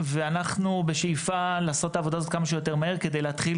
אנחנו בשאיפה לעשות את העבודה הזאת כמה שיותר מהר כדי להתחיל